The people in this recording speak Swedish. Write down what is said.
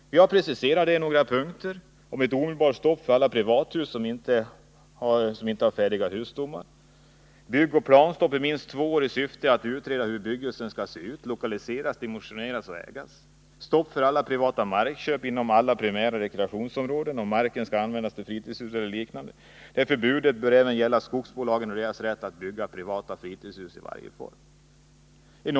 Vi har preciserat våra krav i några punkter: Byggoch planstopp i minst två år i syfte att utreda hur bebyggelsen skall se ut, lokaliseras, dimensioneras och ägas. Stopp för alla privata markköp inom alla primära rekreationsområden, om marken skall användas till fritidshus eller liknande. Detta förbud bör även gälla skogsbolagen och deras rätt att bygga privata fritidshus i varje form.